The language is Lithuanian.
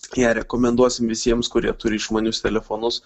ją rekomenduosim visiems kurie turi išmanius telefonus